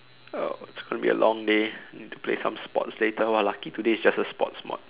oh it's gonna be a long day need to play some sports later !wah! lucky today it's just a sports mod